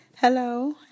Hello